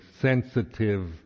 sensitive